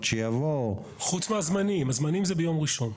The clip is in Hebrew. יבואו חרדים, ערבים, דוברי רוסית,